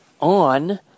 on